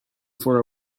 for